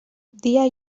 dia